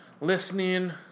listening